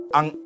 Ang